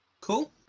Cool